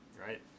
Right